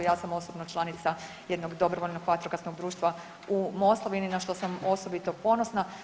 Ja sam osobno članica jednog dobrovoljnog vatrogasnog društva u Moslavini na što sam osobito ponosna.